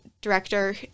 director